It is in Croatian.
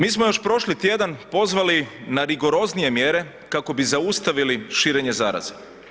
Mi smo još prošli tjedan pozvali na rigoroznije mjere kako bi zaustavili širenje zaraze.